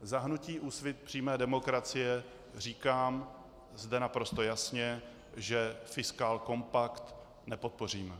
Za hnutí Úsvit přímé demokracie říkám zde naprosto jasně, že fiskálkompakt nepodpoříme.